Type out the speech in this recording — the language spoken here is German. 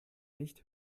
nicht